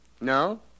No